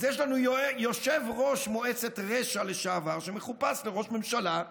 אז יש לנו יושב-ראש מועצת רשע לשעבר שמחופש לראש ממשלה,